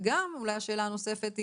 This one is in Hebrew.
והשאלה הנוספת,